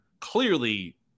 Clearly